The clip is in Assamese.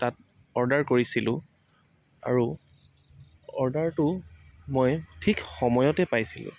তাত অৰ্ডাৰ কৰিছিলোঁ আৰু অৰ্ডাৰটো মই ঠিক সময়তে পাইছিলোঁ